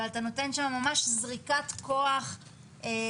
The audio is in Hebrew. אבל אתה נותן שם ממש זריקת כוח גם